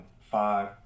five